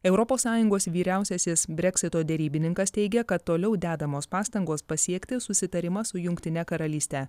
europos sąjungos vyriausiasis breksito derybininkas teigia kad toliau dedamos pastangos pasiekti susitarimą su jungtine karalyste